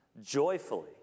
joyfully